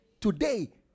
today